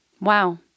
Wow